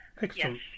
Excellent